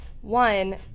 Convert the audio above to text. one